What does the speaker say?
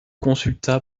consulta